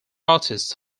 artists